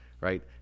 right